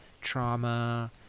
trauma